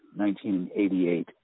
1988